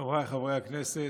חבריי חברי הכנסת,